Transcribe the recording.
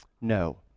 no